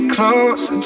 Close